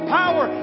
power